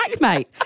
mate